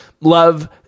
love